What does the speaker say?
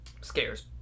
Scares